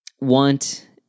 want